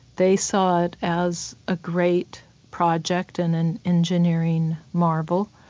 they saw it as a great project and an engineering marvel.